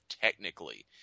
technically